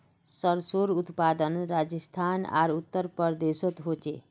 सर्सोंर उत्पादन राजस्थान आर उत्तर प्रदेशोत होचे